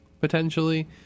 potentially